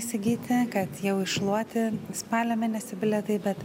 įsigyti kad jau iššluoti spalio mėnesį bilietai bet